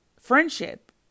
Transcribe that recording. friendship